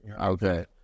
Okay